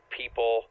people